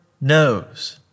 knows